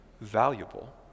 valuable